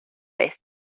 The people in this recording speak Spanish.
vez